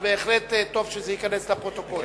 אז בהחלט טוב שזה ייכנס לפרוטוקול.